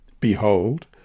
Behold